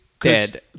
dead